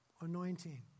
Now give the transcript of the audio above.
anointing